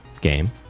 game